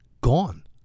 gone